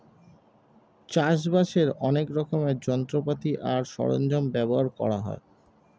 চাষবাসের অনেক রকমের যন্ত্রপাতি আর সরঞ্জাম ব্যবহার করা হয়